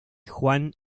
juan